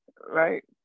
right